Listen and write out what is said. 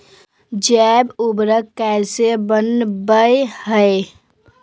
जैव उर्वरक कैसे वनवय हैय?